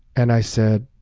and i said,